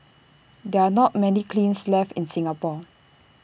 there are not many kilns left in Singapore